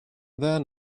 then